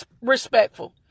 respectful